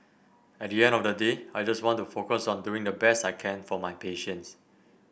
at the end of the day I just want to focus on doing the best I can for my patients